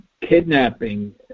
kidnapping